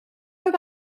oedd